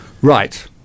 Right